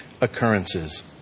occurrences